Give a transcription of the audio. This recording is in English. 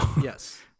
yes